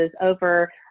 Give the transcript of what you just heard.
over